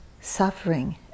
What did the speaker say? Suffering